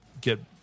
get